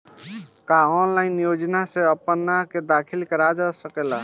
का ऑनलाइन योजनाओ में अपना के दाखिल करल जा सकेला?